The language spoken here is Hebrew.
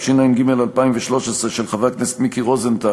התשע"ג 2013,